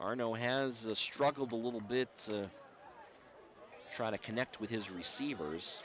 our no has a struggled a little bit to try to connect with his receivers